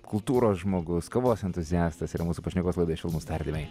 kultūros žmogus kavos entuziastas yra mūsų pašnekovas laidoj švelnūs tardymai